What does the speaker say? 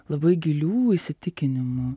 labai gilių įsitikinimų